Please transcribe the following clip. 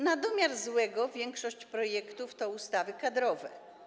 Na domiar złego większość projektów to ustawy kadrowe.